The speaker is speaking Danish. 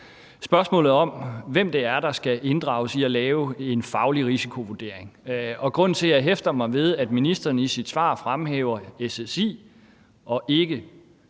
spørgsmålet om, hvem der skal inddrages i at lave en faglig risikovurdering. Og det, at jeg hæfter mig ved, at ministeren i sit svar fremhæver SSI og ikke